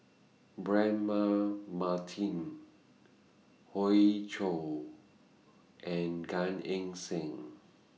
Braema Mathi Hoey Choo and Gan Eng Seng